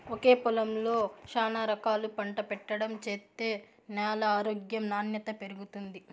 ఒకే పొలంలో శానా రకాలు పంట పెట్టడం చేత్తే న్యాల ఆరోగ్యం నాణ్యత పెరుగుతుంది